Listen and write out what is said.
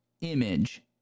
image